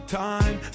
time